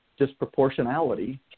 disproportionality